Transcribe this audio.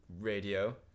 radio